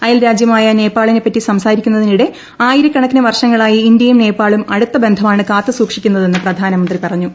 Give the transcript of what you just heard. അയൽരാജ്യമായ നേപ്പാളിനെപ്പറ്റി സംസാരിക്കുന്നതിനിടെ ആയിരക്കണക്കിന് വർഷങ്ങളായി ഇന്ത്യയും നേപ്പാളും അടുത്ത ബന്ധമാണ് കാത്ത് സൂക്ഷിക്കുന്നതെന്ന് പ്രധാനമന്ത്രി പറഞ്ഞു